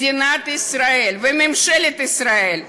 מדינת ישראל וממשלת ישראל,